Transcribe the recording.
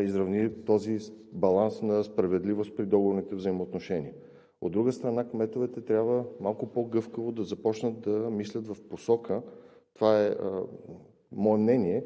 изравни този баланс на справедливост при договорните взаимоотношения. От друга страна, кметовете трябва малко по-гъвкаво да започнат да мислят в посока, това е мое мнение,